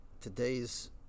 today's